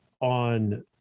on